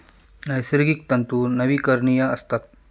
नैसर्गिक तंतू नवीकरणीय असतात